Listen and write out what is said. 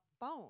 phone